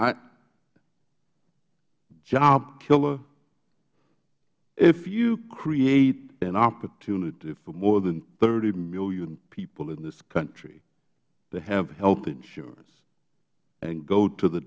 hear job killer if you create an opportunity for more than thirty million people in this country to have health insurance and go to the